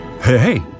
Hey